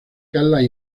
las